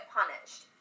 punished